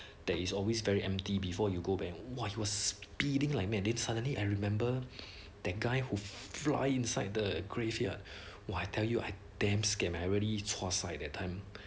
there is always very empty before you go back !wah! he was speeding like mad then suddenly I remember that guy who fly inside the graveyard !wah! I tell you I damn scared I really chua sai at that time